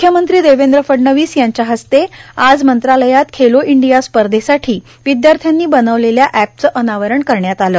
मुख्यमंत्री देवेंद्र फडणवीस यांच्या हस्ते आज मंत्रालयात खेलो इंडिया स्पर्धेसाठी विद्यार्थ्यानी बनविलेल्या एपचं अनावरण करण्यात आलं